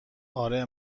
اره